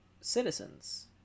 citizens